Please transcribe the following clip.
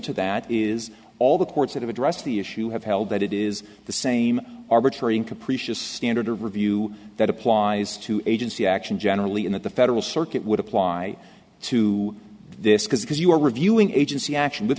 to that is all the courts that have addressed the issue have held that it is the same arbitrary and capricious standard of review that applies to agency action generally and at the federal circuit would apply to this because you are reviewing agency action with